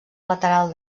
lateral